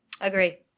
Agree